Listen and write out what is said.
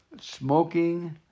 smoking